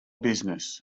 business